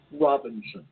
Robinson